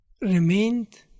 remained